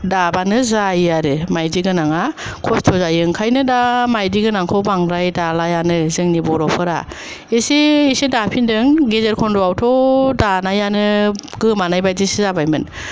दाबानो जायो आरो माइदि गोनांआ खस्थ जायो ओंखायनो दा माइदि गोनांखौ बांद्राय दालायानो जोंनि बर'फोरा एसे एसे दाफिनदों गेजेर खन्दाआवथ' दानायानो गोमानाय बादिसो जाबायमोन